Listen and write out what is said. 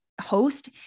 host